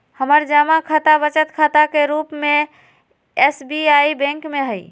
हमर जमा खता बचत खता के रूप में एस.बी.आई बैंक में हइ